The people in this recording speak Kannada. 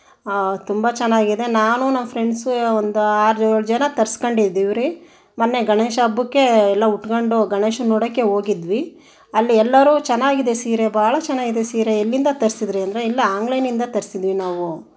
ತುಂಬ ಚೆನ್ನಾಗಿದೆ ನಾನು ನಮ್ಮ ಫ್ರೆಂಡ್ಸು ಒಂದು ಆರು ಏಳು ಜನ ತರ್ಸ್ಕೊಂಡಿದ್ದೀವಿ ರೀ ಮೊನ್ನೆ ಗಣೇಶ ಹಬ್ಬುಕ್ಕೆ ಎಲ್ಲ ಉಟ್ಕಂಡು ಗಣೇಶನ್ನ ನೋಡೋಕ್ಕೆ ಹೋಗಿದ್ವಿ ಅಲ್ಲಿ ಎಲ್ಲರೂ ಚೆನ್ನಾಗಿದೆ ಸೀರೆ ಭಾಳ ಚೆನ್ನಾಗಿದೆ ಸೀರೆ ಎಲ್ಲಿಂದ ತರಿಸಿದ್ರಿ ಅಂದರು ಇಲ್ಲ ಆನ್ಲೈನಿಂದ ತರಿಸಿದ್ವಿ ನಾವು